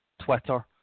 Twitter